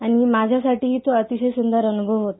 आणि माझ्यासाठीही तो अतिशय सुंदर अनुभव होता